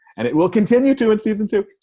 and it will continue to in season two.